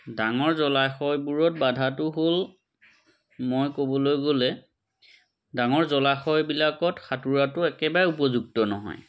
ডাঙৰ জলাশয়বোৰত বাধাটো হ'ল মই ক'বলৈ গ'লে ডাঙৰ জলাশয়বিলাকত সাঁতোৰাটো একেবাৰে উপযুক্ত নহয়